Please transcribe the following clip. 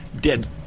dead